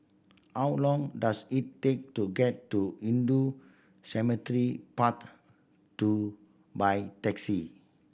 how long does it take to get to Hindu Cemetery Path Two by taxi